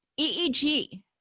eeg